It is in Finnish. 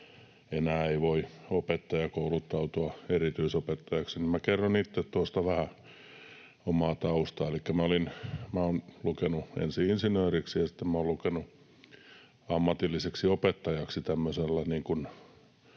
enää ei voi opettaja kouluttautua erityisopettajaksi, niin minä kerron itse vähän omaa taustaa. Elikkä minä olen lukenut ensin insinööriksi ja sitten minä olen lukenut ammatilliseksi opettajaksi,